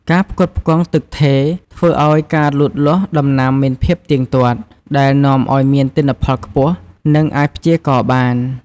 ការផ្គត់ផ្គង់ទឹកថេរ ធ្វើឱ្យការលូតលាស់ដំណាំមានភាពទៀងទាត់ ដែលនាំឱ្យមានទិន្នផលខ្ពស់ និងអាចព្យាករណ៍បាន។